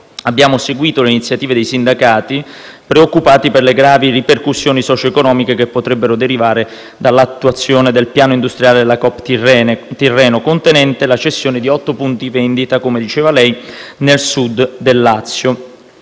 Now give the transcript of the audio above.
abbiamo seguito le iniziative dei sindacati, preoccupati per le gravi ripercussioni socioeconomiche che potrebbero derivare dall'attuazione del piano industriale dell'Unicoop Tirreno, contenente la cessione di otto punti vendita, come diceva lei, nel Sud del Lazio.